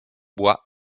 bois